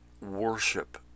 worship